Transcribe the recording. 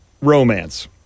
Romance